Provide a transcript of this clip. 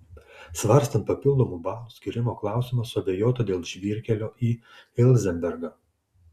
svarstant papildomų balų skyrimo klausimą suabejota dėl žvyrkelio į ilzenbergą